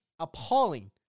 appalling